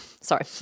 sorry